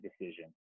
decision